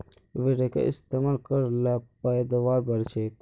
उर्वरकेर इस्तेमाल कर ल पैदावार बढ़छेक